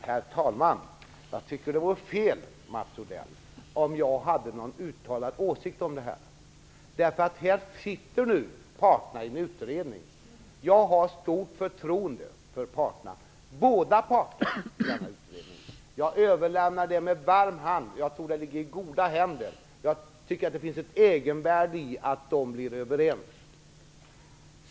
Herr talman! Jag tycker att det vore fel, Mats Odell, om jag hade någon uttalad åsikt om det här. Parterna sitter ju nu i en utredning, och jag har stort förtroende för båda parterna. Jag överlämnar detta med varm hand till dem, och jag tror att det ligger i goda händer. Jag tycker att det finns ett egenvärde i att parterna blir överens.